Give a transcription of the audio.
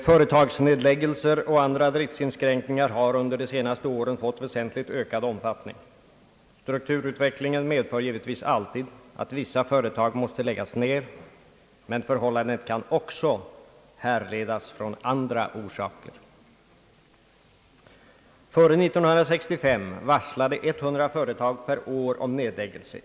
Företagsnedläggelser och andra driftsinskränkningar har under de senaste åren fått väsentligt ökad omfattning. Strukturutvecklingen medför givetvis alltid att vissa företag måste läggas ned, men förhållandet kan också härledas från andra orsaker. Före 1965 varslade 100 företag per år om nedläggelse.